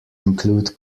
include